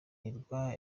hirwa